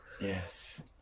Yes